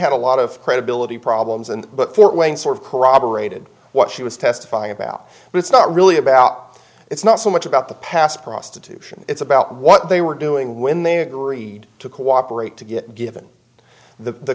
had a lot of credibility problems and but fort wayne sort of corroborated what she was testifying about but it's not really about it's not so much about the past prostitution it's about what they were doing when they agreed to cooperate to get given the